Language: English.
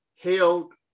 held